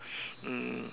mm